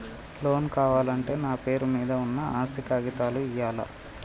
Loan కావాలంటే నా పేరు మీద ఉన్న ఆస్తి కాగితాలు ఇయ్యాలా?